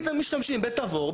משתמשים בתבור,